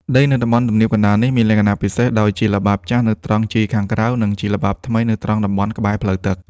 ដីនៅតំបន់ទំនាបកណ្ដាលនេះមានលក្ខណៈពិសេស ដោយជាល្បាប់ចាស់នៅត្រង់ជាយខាងក្រៅ និងជាល្បាប់ថ្មីនៅត្រង់តំបន់ក្បែរផ្លូវទឹក។